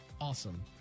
awesome